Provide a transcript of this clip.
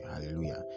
hallelujah